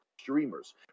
streamers